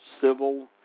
civil